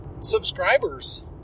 subscribers